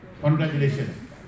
Congratulations